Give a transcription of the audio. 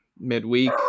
midweek